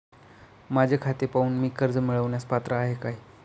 माझे खाते पाहून मी कर्ज मिळवण्यास पात्र आहे काय?